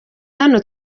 hano